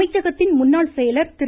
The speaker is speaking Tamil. அமைச்சகத்தின் முன்னாள் செயலர் திரு